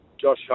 Josh